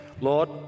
lord